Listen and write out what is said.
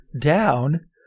down